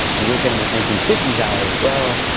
when you look at them with nineteen fifty s eyes, well,